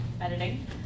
editing